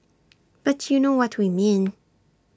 but you know what we mean